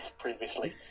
previously